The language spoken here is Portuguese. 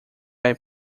vai